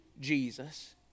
Jesus